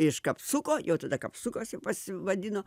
iš kapsuko jau tada kapsukas pasivadino